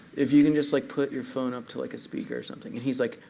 if you can just like put your phone up to like a speaker or something. and he's like,